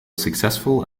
successful